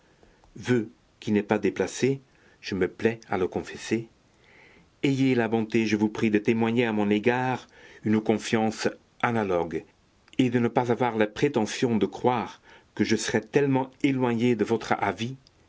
à le confesser ayez la bonté je vous prie de témoigner à mon égard une confiance analogue et de ne pas avoir la prétention de croire que je serais tellement éloigné de votre avis